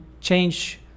change